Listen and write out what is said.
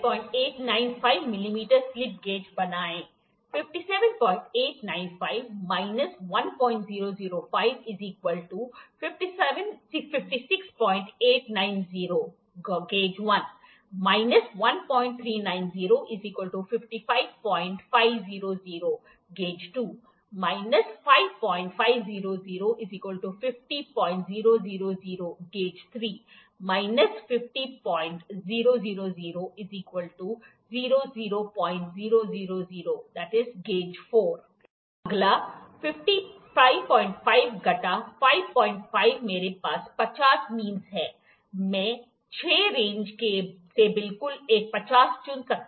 57895 मिमीलिए slip gauge बनाएं 57895 1005 Gauge1 56890 1390 Gauge2 55500 5500 Guage 3 50000 50000 Guage 4 00000 अगला 555 घटा 55 मेरे पास 50 मीन्स हैं मैं 6 रेंज से बिल्कुल एक 50 चुन सकता हूं